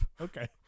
Okay